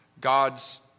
God's